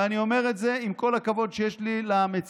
ואני אומר את זה עם כל הכבוד שיש לי למציע,